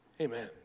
amen